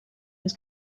was